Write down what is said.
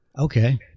okay